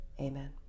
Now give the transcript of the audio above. amen